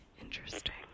Interesting